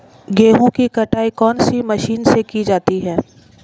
गेहूँ की कटाई कौनसी मशीन से की जाती है?